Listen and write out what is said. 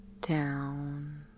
down